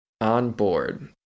Onboard